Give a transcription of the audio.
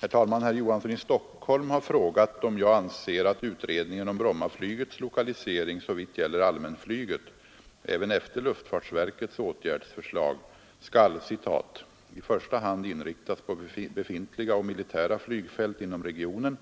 Herr talman! Herr Olof Johansson i Stockholm har frågat om jag anser att utredningen om Brommaflygets lokalisering såvitt gäller allmänflyget — även efter luftfartsverkets åtgärdsförslag — skall ”i första hand inriktas på befintliga och militära flygfält inom regionen”